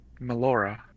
Melora